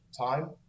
time